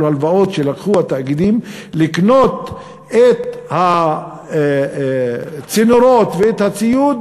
הלוואות שלקחו התאגידים כדי לקנות את הצינורות ואת הציוד